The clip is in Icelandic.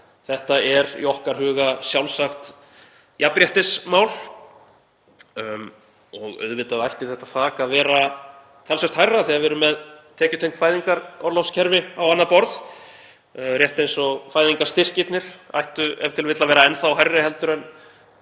Þetta er í okkar huga sjálfsagt jafnréttismál og auðvitað ætti þetta þak að vera talsvert hærra þegar við erum með tekjutengt fæðingarorlofskerfi á annað borð, rétt eins og fæðingarstyrkirnir ættu e.t.v. að vera enn þá hærri heldur en